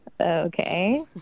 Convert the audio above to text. Okay